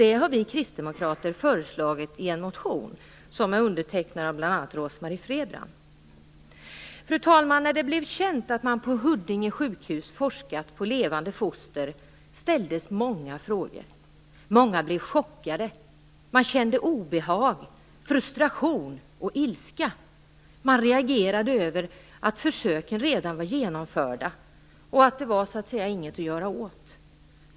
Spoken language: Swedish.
Detta har vi kristdemokrater föreslagit i en motion, som är undertecknad av bl.a. Rose-Marie Frebran. Fru talman! När det blev känt att man på Huddinge sjukhus forskat på levande foster, ställdes många frågor. Många blev chockade. Man kände obehag, frustration och ilska. Man reagerade över att försöken redan var genomförda och att det så att säga inte var något att göra åt.